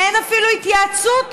אין אפילו התייעצות.